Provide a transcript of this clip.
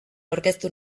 aurkeztu